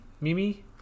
Mimi